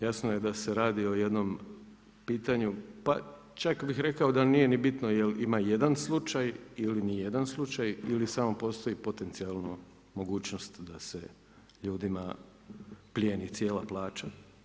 Jasno je da se radi o jednom pitanju, pa čak bih rekao da nije ni bitno jel ima jedan slučaj ili nijedan slučaj ili samo postoji potencijalno mogućnost da se ljudima plijeni cijela plaća.